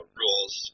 rules